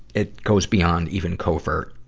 it goes beyond even covert.